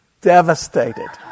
devastated